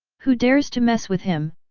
who dares to mess with him,